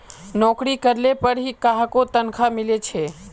नोकरी करले पर ही काहको तनखा मिले छे